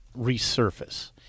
Resurface